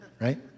right